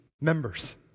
members